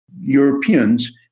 Europeans